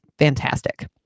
Fantastic